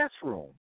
classroom